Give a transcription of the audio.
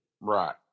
Right